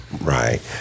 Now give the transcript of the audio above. Right